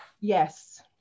yes